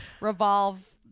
revolve